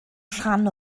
rhan